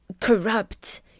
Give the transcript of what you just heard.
corrupt